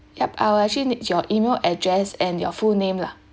yup I'll actually need your email address and your full name lah